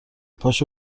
پاشو